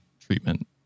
treatment